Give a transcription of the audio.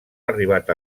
arribat